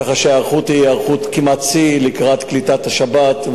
כך שההיערכות היא היערכות כמעט שיא לקראת כניסת השבת,